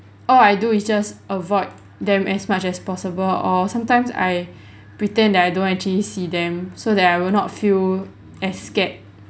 all I do is just avoid them as much as possible or sometimes I pretend that I don't actually see them so that I will not feel as scared